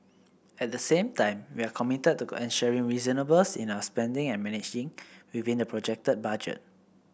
at the same time we are committed to ensuring reasonableness in our spending and managing within the projected budget